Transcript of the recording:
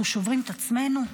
אנחנו שוברים את עצמנו?